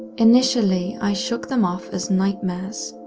initially, i shook them off as nightmares,